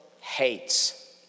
hates